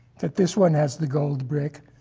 that this one has the gold brick,